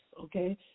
okay